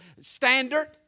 standard